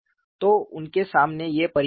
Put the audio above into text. तो उनके सामने ये परिणाम थे